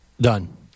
Done